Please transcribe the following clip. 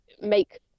make